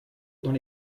dans